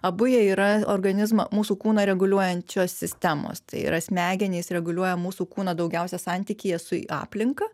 abu jie yra organizmo mūsų kūną reguliuojančios sistemos tai yra smegenys reguliuoja mūsų kūną daugiausia santykyje su aplinka